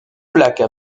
plaques